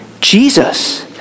Jesus